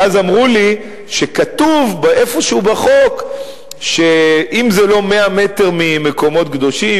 ואז אמרו לי שכתוב איפשהו בחוק שאם זה לא 100 מטר ממקומות קדושים,